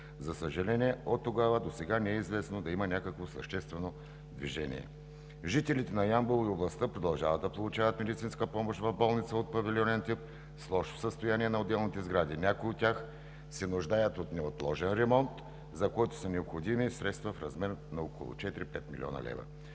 За съжаление, оттогава досега не е известно да има някакво съществено движение. Жителите на Ямбол и областта продължават да получават медицинска помощ в болница от павилионен тип, с лошо състояние на отделните сгради. Някои от тях са нуждаят от неотложен ремонт, за което са необходими средства в размер на около 4 – 5 млн. лв.